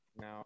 now